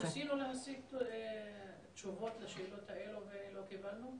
אנחנו ניסינו להשיג תשובות לשאלות האלה ולא קיבלנו?